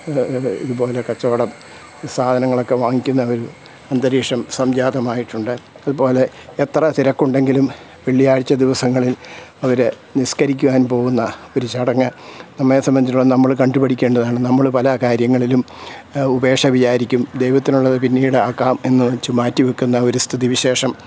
ഇതുപോലെ കച്ചവടം സാധനങ്ങളൊക്കെ വാങ്ങിക്കുന്ന ഒരു അന്തരീക്ഷം സംജാതമായിട്ടുണ്ട് അതുപോലെ എത്ര തിരക്കുണ്ടെങ്കിലും വെള്ളിയാഴ്ച്ച ദിവസങ്ങളിൽ അവർ നിസ്കരിക്കുവാൻ പോവുന്ന ഒരു ചടങ്ങ് നമ്മളെ സംബന്ധിച്ചിടത്തോളം നമ്മൾ കണ്ടുപഠിക്കേണ്ടതാണ് നമ്മള് പല കാര്യങ്ങളിലും ഉപേക്ഷ വിചാരിക്കും ദൈവത്തിനുള്ളത് പിന്നീട് ആക്കാം എന്നുവെച്ച് മാറ്റിവയ്ക്കുന്ന ഒരു സ്ഥിതിവിശേഷം